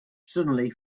suddenly